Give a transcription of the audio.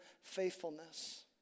faithfulness